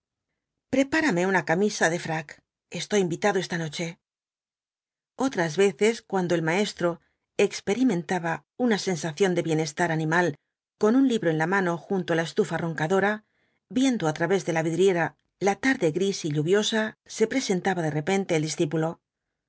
prepárame una camisa de frac estoy invitado esta noche otras veces cuando el maestro experimentaba una sensación de bienestar animal con un libro en la mano junto á la estufa roncadora viendo á través de la vidriera la tarde gris y lluviosa se presentaba de repente el discípulo